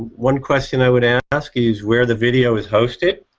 one question i would ask ask is where the video is hosted?